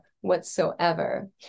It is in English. whatsoever